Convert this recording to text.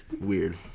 Weird